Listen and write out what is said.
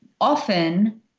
often